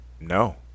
No